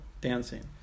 dancing